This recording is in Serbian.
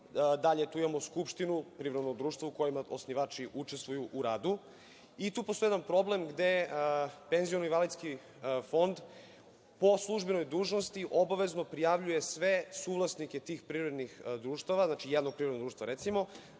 Dalje, tu imamo Skupštinu, privredno društvo u kojima osnivači učestvuju u radu. Tu postoji jedan problem gde Penziono invalidski fond po službenoj dužnosti, obavezno prijavljuje sve suvlasnike tih privrednih društava. Znači, jedno privredno društvo, recimo,